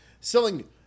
selling